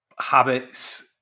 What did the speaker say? habits